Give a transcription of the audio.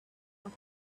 what